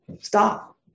Stop